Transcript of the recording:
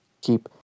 Keep